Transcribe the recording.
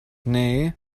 nee